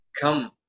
come